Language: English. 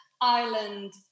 Ireland